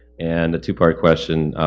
and a two-part question,